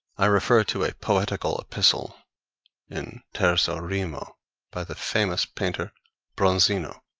i refer to a poetical epistle in terzo rimo by the famous painter bronzino,